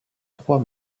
trois